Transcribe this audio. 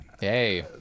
hey